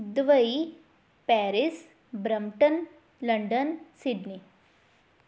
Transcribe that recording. Dubai Paris Brampton London Sydney